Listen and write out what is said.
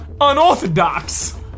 unorthodox